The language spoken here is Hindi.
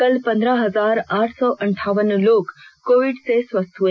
कल पंद्रह हजार आठ सौ अंठावन लोग कोविड से स्वस्थ हुए